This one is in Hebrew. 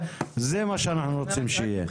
זה מה שאנחנו רוצים שיהיה.